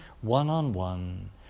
one-on-one